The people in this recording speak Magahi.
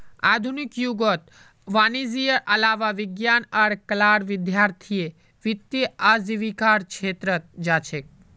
आधुनिक युगत वाणिजयेर अलावा विज्ञान आर कलार विद्यार्थीय वित्तीय आजीविकार छेत्रत जा छेक